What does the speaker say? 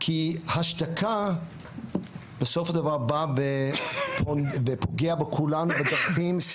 כי השתקה בסופו של דבר באה ופוגעת בכולם,